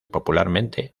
popularmente